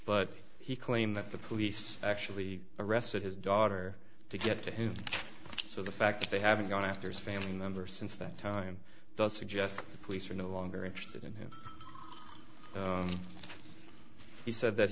but he claimed that the police actually arrested his daughter to get to him so the fact they haven't gone after his family member since that time does suggest the police are no longer interested in him he said that